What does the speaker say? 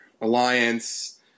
alliance